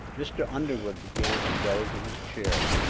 mr. underwood began to doze in his chair,